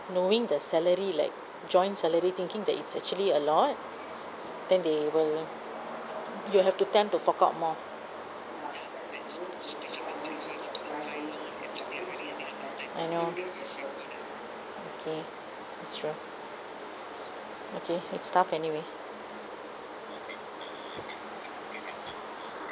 knowing the salary like joint salary thinking that it's actually a lot then they will you have to tend to have to fork out more I know okay it's true okay let's stop anyway